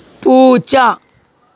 പൂച്ച